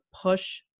push